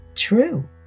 True